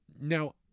now